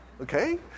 Okay